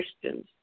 Christians